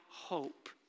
hope